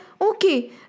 Okay